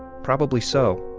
probably so